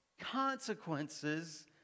consequences